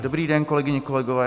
Dobrý den, kolegyně, kolegové.